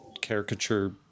caricature